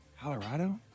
Colorado